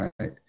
right